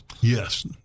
yes